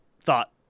thought